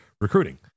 recruiting